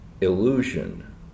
illusion